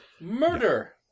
Murder